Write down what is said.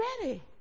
ready